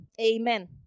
Amen